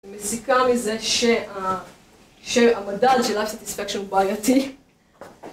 מסיקה מזה שהמדד של Life Satisfaction בעייתי.